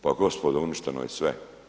Pa gospodo uništeno je sve.